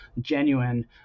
genuine